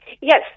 Yes